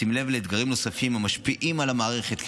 בשים לב לאתגרים נוספים המשפיעים על המערכת,